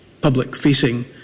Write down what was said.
public-facing